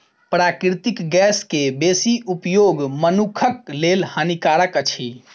प्राकृतिक गैस के बेसी उपयोग मनुखक लेल हानिकारक अछि